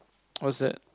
what's that